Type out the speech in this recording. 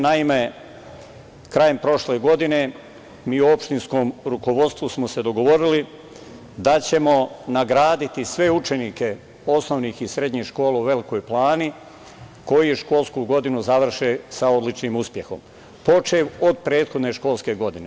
Naime, krajem prošle godine mi u opštinskom rukovodstvu smo se dogovorili da ćemo nagraditi sve učenike osnovnih i srednjih škola u Velikoj Plani koji školsku godinu završe sa odličnim uspehom, počev od prethodne školske godine.